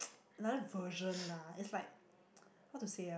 another version lah it's like how to say ah